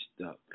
stuck